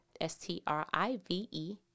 S-T-R-I-V-E